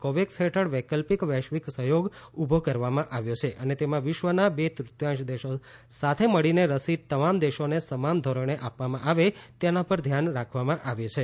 COVAX હેઠળ વૈકલ્પિક વૈશ્વિક સહયોગ ઉભો કરવામાં આવ્યો છે અને તેમાં વિશ્વના બે તૃતીયાંશ દેશો સાથે મળીને રસી તમામ દેશોને સમાન ધોરણે આપવામાં આવે તેની પર ધ્યાન રાખવામાં આવે છે